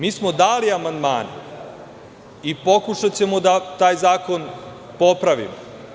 Mi smo dali amandmane i pokušaćemo da taj zakon popravimo.